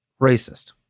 racist